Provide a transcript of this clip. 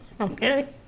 Okay